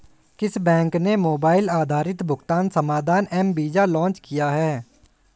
किस बैंक ने मोबाइल आधारित भुगतान समाधान एम वीज़ा लॉन्च किया है?